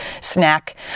snack